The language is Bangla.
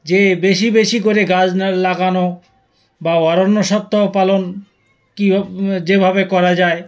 যে বেশি বেশি করে গাছ না লাগানো বা অরণ্য সপ্তাহ পালন কী যেভাবে করা যায়